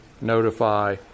notify